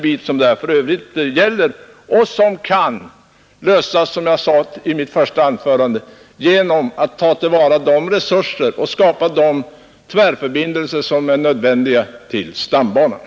Det är för övrigt bara en liten sträcka som förslaget gäller, och som jag sade i mitt första anförande bör man först ta till vara de resurser som finns och skapa de tvärförbindelser till stambanan som är nödvändiga.